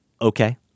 Okay